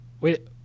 wait